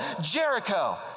Jericho